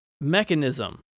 mechanism